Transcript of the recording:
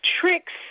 Tricks